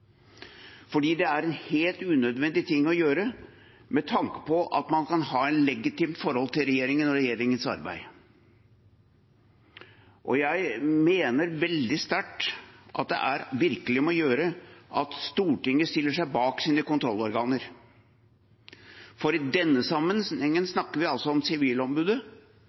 Det er en helt unødvendig ting å gjøre med tanke på at man kan ha et legitimt forhold til regjeringen og regjeringens arbeid. Jeg mener veldig sterkt at det er virkelig om å gjøre at Stortinget stiller seg bak sine kontrollorganer. I denne sammenhengen snakker vi om Sivilombudet,